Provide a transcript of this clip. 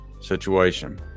situation